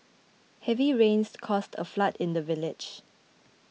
heavy rains caused a flood in the village